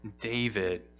david